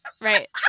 Right